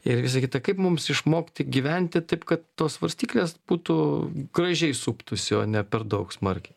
ir visa kita kaip mums išmokti gyventi taip kad tos svarstyklės būtų gražiai suptųsi o ne per daug smarkiai